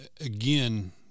again